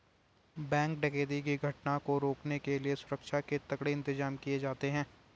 bank डकैती की घटना को रोकने के लिए सुरक्षा के तगड़े इंतजाम किए जाते हैं